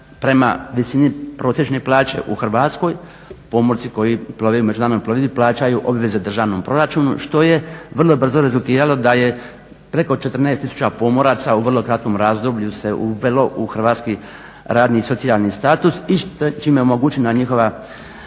prema visini prosječne plaće u Hrvatskoj pomorci koji plove međunarodnoj plovidbi plaćaju obveze državnom proračunu što je vrlo brzo rezultiralo da je preko 14 tisuća pomoraca u vrlo kratkom razdoblju se uvelo u hrvatski radni socijalni status i čime je omogućena njihova